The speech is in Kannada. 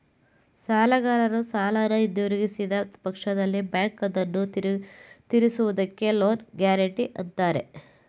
ಸಾಲಗಾರರು ಸಾಲನ ಹಿಂದಿರುಗಿಸಿದ ಪಕ್ಷದಲ್ಲಿ ಬ್ಯಾಂಕ್ ಅದನ್ನು ತಿರಿಸುವುದಕ್ಕೆ ಲೋನ್ ಗ್ಯಾರೆಂಟಿ ಅಂತಾರೆ